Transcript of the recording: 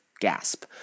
gasp